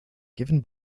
given